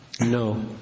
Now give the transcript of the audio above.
No